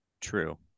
True